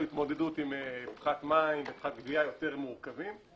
התמודדות עם פחת מים ופחת גבייה יותר מורכבים.